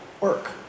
work